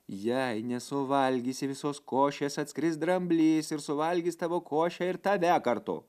jei nesuvalgysi visos košės atskris dramblys ir suvalgys tavo košę ir tave kartu